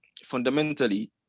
fundamentally